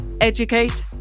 educate